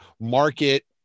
market